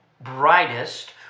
brightest